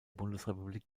bundesrepublik